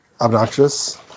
obnoxious